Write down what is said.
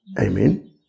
Amen